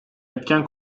etken